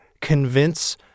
convince